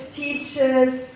teachers